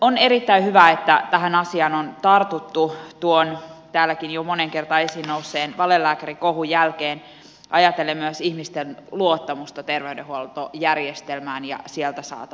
on erittäin hyvä että tähän asiaan on tartuttu tuon täälläkin jo moneen kertaan esiin nousseen valelääkärikohun jälkeen ajatellen myös ihmisten luottamusta terveydenhuoltojärjestelmään ja sieltä saatavaan palveluun